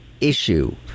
issue